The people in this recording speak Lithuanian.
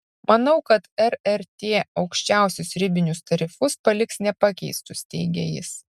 manau kad rrt aukščiausius ribinius tarifus paliks nepakeistus teigia jis